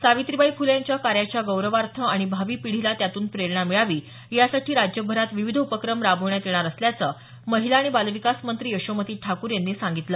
सावित्रीबाई फुले यांच्या कार्याच्या गौरवार्थ आणि भावी पिढीला त्यातून प्रेरणा मिळावी यासाठी राज्यभरात विविध उपक्रम राबवण्यात येणार असल्याचं महिला आणि बालविकास मंत्री यशोमती ठाकूर यांनी सांगितलं